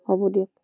হ'ব দিয়ক